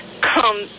come